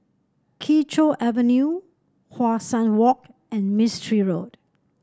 Kee Choe Avenue How Sun Walk and Mistri Road